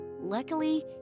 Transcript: Luckily